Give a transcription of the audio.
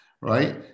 right